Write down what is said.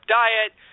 diet